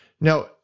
Now